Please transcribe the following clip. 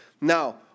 Now